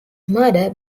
murder